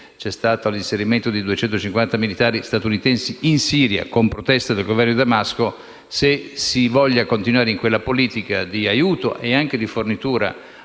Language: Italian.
c'è stato l'inserimento di 250 militari statunitensi in Siria con proteste del Governo di Damasco, non si capisce se si voglia continuare in quella politica di aiuto e anche di fornitura